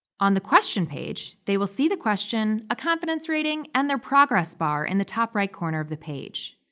on the question page they will see the question, a confidence rating, and their progress bar in the top right corner of the page.